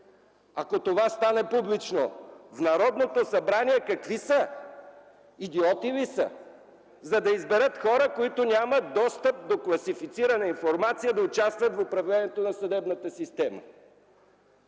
ако това стане публично, в Народното събрание какви ли са идиоти, та да изберат хора, които нямат достъп до класифицирана информация, да участват в управлението на съдебната система?!